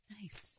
Nice